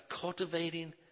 cultivating